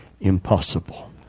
impossible